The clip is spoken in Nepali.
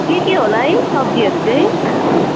के के होला है सब्जीहरू चाहिँ